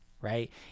right